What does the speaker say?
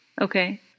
Okay